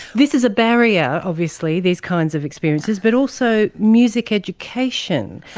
this is a barrier obviously, these kinds of experiences, but also music education,